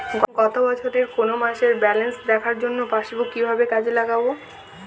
গত বছরের কোনো মাসের ব্যালেন্স দেখার জন্য পাসবুক কীভাবে কাজে লাগাব?